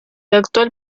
actual